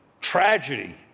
tragedy